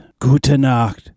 gutenacht